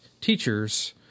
teachers